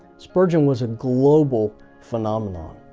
spurgeon was a global phenomenon.